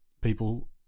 people